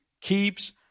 keeps